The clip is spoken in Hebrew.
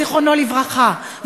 זיכרונו לברכה,